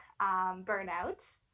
Burnout